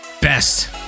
best